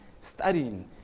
studying